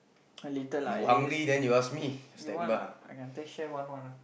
I later lah I lazy you want or not I can tear share one one ah